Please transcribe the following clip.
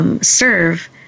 Serve